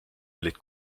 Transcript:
olid